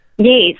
Yes